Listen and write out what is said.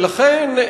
ולכן,